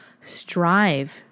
strive